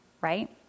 right